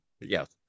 yes